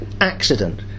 accident